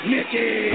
Mickey